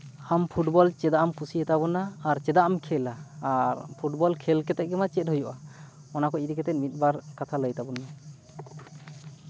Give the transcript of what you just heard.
ᱟᱢ ᱯᱷᱩᱴᱵᱚᱞ ᱪᱮᱫᱟᱜ ᱮᱢ ᱠᱩᱥᱤᱭᱟ ᱛᱟᱵᱚᱱᱟ ᱟᱨ ᱪᱮᱫᱟᱜ ᱮᱢ ᱠᱷᱮᱞᱟ ᱟᱨ ᱯᱷᱩᱴᱵᱚᱞ ᱠᱷᱮᱞ ᱠᱟᱛᱮ ᱜᱮᱵᱟᱝ ᱪᱮᱫ ᱦᱩᱭᱩᱜᱼᱟ ᱚᱱᱟ ᱠᱚ ᱤᱫᱤ ᱠᱟᱛᱮ ᱢᱤᱫ ᱵᱟᱨ ᱠᱟᱛᱷᱟ ᱞᱟᱹᱭ ᱛᱟᱵᱚᱱ ᱢᱮ